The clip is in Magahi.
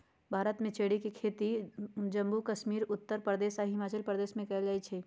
भारत में चेरी के खेती जम्मू कश्मीर उत्तर प्रदेश आ हिमाचल प्रदेश में कएल जाई छई